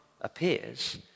appears